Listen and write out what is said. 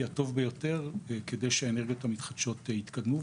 הטוב ביותר כדי שהאנרגיות המתחדשות יתקדמו,